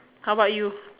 how about you